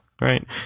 right